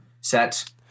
set